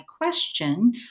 question